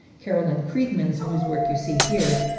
carolyn kriegmans, whose work you see here,